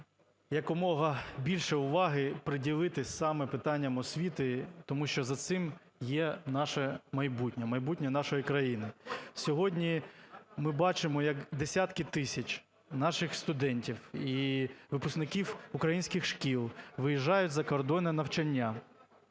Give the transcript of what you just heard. якомога більше уваги приділити саме питанням освіти, тому що за цим є наше майбутнє, майбутнє нашої країни. Сьогодні ми бачимо, як десятки тисяч наших студентів і випускників українських шкіл виїжджають за кордон на навчання,